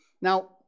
Now